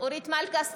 אורית מלכה סטרוק,